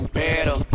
better